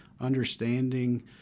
understanding